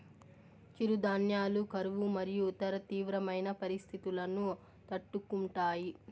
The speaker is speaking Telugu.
చిరుధాన్యాలు కరువు మరియు ఇతర తీవ్రమైన పరిస్తితులను తట్టుకుంటాయి